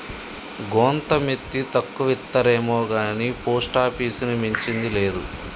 గోంత మిత్తి తక్కువిత్తరేమొగాని పోస్టాపీసుని మించింది లేదు